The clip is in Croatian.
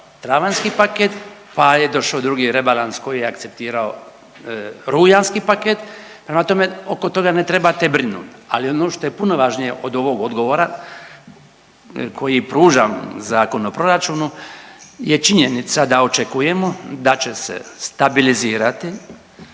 travanjski paket, pa je došao drugi rebalans koji je akceptirao rujanski paket. Prema tome, oko toga ne trebate brinuti. Ali ono što je puno važnije od ovog odgovora koji pruža Zakon o proračunu je činjenica da očekujemo da će se stabilizirati